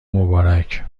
مبارک